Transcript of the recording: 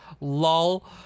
lol